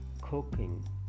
cooking